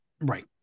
Right